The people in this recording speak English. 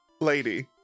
Lady